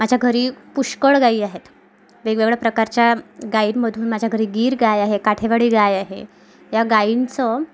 माझ्या घरी पुष्कळ गायी आहेत वेगवेगळ्या प्रकारच्या गाईंमधून माझ्या घरी गीर गाय आहे काठेवाडी गाय आहे या गाईंचं